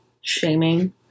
shaming